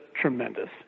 tremendous